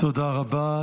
תודה רבה.